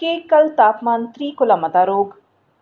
केह् कल तापमान त्रीह् कोला मता रौह्ग